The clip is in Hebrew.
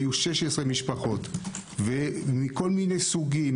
היו 16 משפחות מכל מיני סוגים,